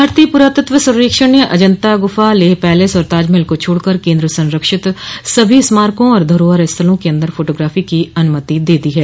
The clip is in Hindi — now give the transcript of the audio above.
भारतीय पुरातत्व सर्वेक्षण ने अजंता गुफा लेह पैलेस और ताजमहल को छोड़कर केंद्र संरक्षित सभी स्मारकों और धरोहर स्थलों के अंदर फोटोग्राफी की अनुमति दे दी है